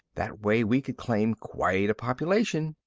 that way, we could claim quite a population.